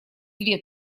две